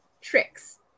tricks